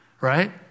Right